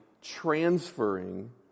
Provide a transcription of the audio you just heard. transferring